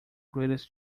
greatest